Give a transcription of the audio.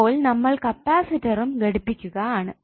ഇപ്പോൾ നമ്മൾ കപ്പാസിറ്ററും ഘടിപ്പിക്കുക ആണ്